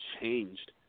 changed